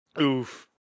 Oof